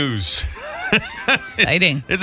Exciting